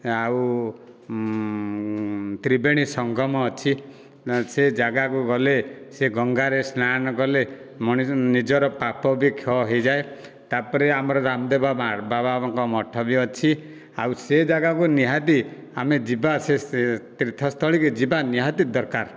ଆଉ ତ୍ରିବେଣୀ ସଙ୍ଗମ ଅଛି ସେ ଜାଗାକୁ ଗଲେ ସେ ଗଙ୍ଗାରେ ସ୍ନାନ କଲେ ମଣିଷ ନିଜର ପାପ ବି କ୍ଷୟ ହୋଇଯାଏ ତା'ପରେ ଆମର ରାମଦେବ ବାବାଙ୍କ ମଠ ବି ଅଛି ଆଉ ସେ ଜାଗାକୁ ନିହାତି ଆମେ ଯିବା ସେ ତୀର୍ଥସ୍ଥଳୀକୁ ଯିବା ନିହାତି ଦରକାର